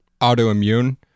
autoimmune